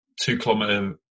two-kilometer